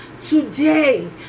today